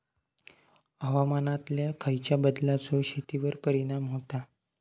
हवामानातल्या खयच्या बदलांचो शेतीवर परिणाम होता?